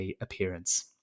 appearance